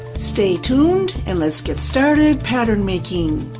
stay tuned and let's get started pattern making!